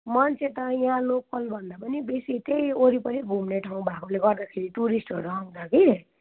मान्छे त यहाँ लोकलभन्दा पनि बेसी त्यही वरिपरि घुम्ने ठाउँ भएकोले गर्दाखेरि टुरिस्टहरू आउँछ कि